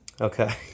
Okay